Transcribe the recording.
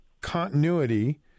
continuity